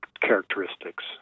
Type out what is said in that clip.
characteristics